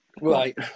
Right